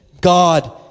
God